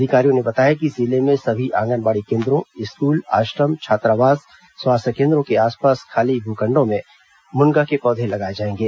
अधिकारियों ने बताया कि जिले में सभी आंगनबाड़ी केन्द्रों स्कूल आश्रम छात्रावास स्वास्थ्य केन्द्रों के आसपास खाली भूखंडों में मुनगा के पौधे लगाए जाएंगे